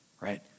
right